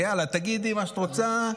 יאללה, תגידי מה שאת רוצה.